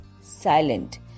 Silent